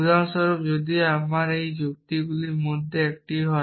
উদাহরণস্বরূপ যদি এটি আমার যুক্তিগুলির মধ্যে একটি হয়